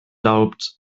glaubt